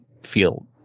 feel